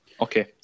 Okay